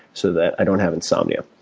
so that i don't have insomnia.